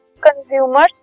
consumers